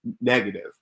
negative